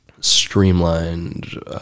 streamlined